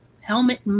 helmet